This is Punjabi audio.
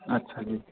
ਅੱਛਾ ਜੀ